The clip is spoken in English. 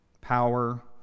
power